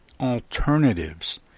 alternatives